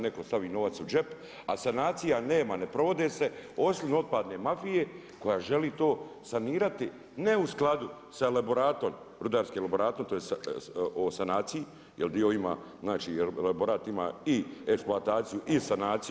Netko stavi novac u džep, a sanacija nema, ne provode se osim otpadne mafije koja želi to sanirati ne u skladu sa elaboratom, rudarskim elaboratom tj. o sanaciji jer dio ima, znači elaborat ima i eksploataciju i sanaciju.